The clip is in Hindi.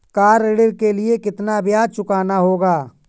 कार ऋण के लिए कितना ब्याज चुकाना होगा?